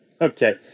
Okay